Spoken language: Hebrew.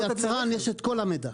ליצרן יש את כל המידע.